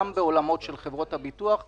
שעדיין מתנהל עם עורכי דין מול חברות ביטוח ישיר,